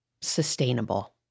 sustainable